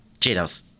Cheetos